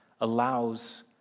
allows